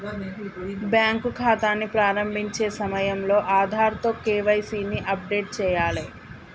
bank ఖాతాని ప్రారంభించే సమయంలో ఆధార్తో కేవైసీ ని అప్డేట్ చేయాలే